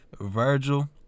Virgil